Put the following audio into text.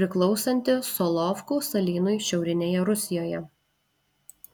priklausanti solovkų salynui šiaurinėje rusijoje